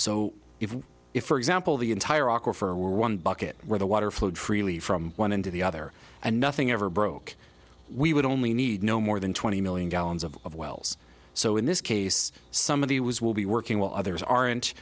if if for example the entire aquifer were one bucket where the water flowed freely from one end to the other and nothing ever broke we would only need no more than twenty million gallons of of wells so in this case some of the was will be working while others are